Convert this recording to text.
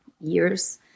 years